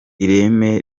ireme